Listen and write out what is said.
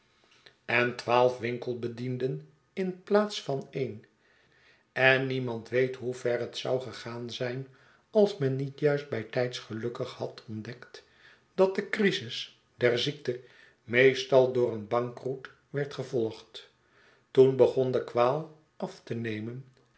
en twaalf winkelbedienden in plaats van een en niemand weet hoe ver het zou gegaan zijn als men niet juist bijtijds gelukkig had ontdekt dat de crisis der ziekte meestal door een bankroet werd gevolgd toen begon de kwaal af te nemen